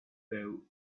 fell